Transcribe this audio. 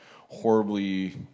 horribly